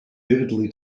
vividly